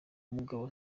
mugabo